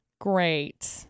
Great